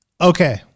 okay